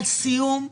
על סיום,